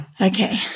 Okay